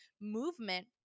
movement